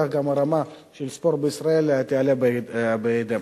גם הרמה של הספורט בישראל תעלה בהתאם.